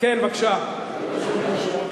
פשוט משעמם אותה.